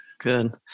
Good